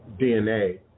DNA